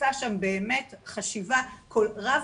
נעשתה שם באמת חשיבה רב